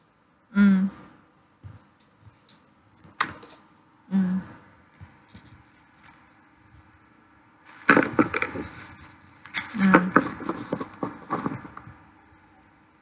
mm mm mm